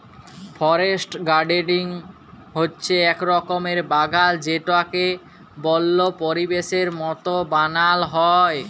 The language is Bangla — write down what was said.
ফরেস্ট গার্ডেনিং হচ্যে এক রকমের বাগাল যেটাকে বল্য পরিবেশের মত বানাল হ্যয়